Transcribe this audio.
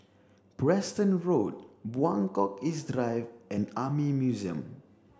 Preston Road Buangkok East Drive and Army Museum